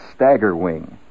Staggerwing